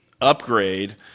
upgrade